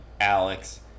Alex